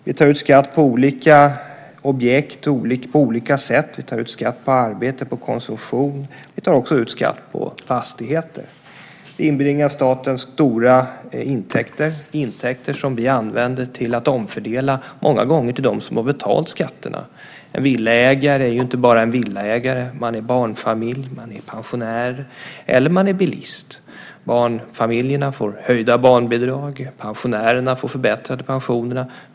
Vi tar ut skatt på olika objekt och på olika sätt. Vi tar ut skatt på arbete och på konsumtion, och vi tar också ut skatt på fastigheter. Det inbringar staten stora intäkter, intäkter som vi använder till att omfördela, många gånger till dem som har betalt skatterna. En villaägare är ju inte bara en villaägare utan också en barnfamilj, pensionär eller bilist. Barnfamiljerna får höjda barnbidrag. Pensionärerna får förbättrade pensioner.